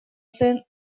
zen